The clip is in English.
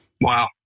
Wow